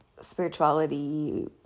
spirituality